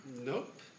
Nope